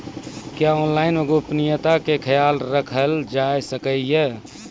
क्या ऑनलाइन मे गोपनियता के खयाल राखल जाय सकै ये?